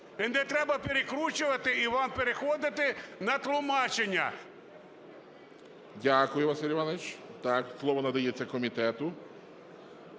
не треба перекручувати і вам переходити на тлумачення. ГОЛОВУЮЧИЙ. Дякую, Василь Іванович. Слово надається комітету.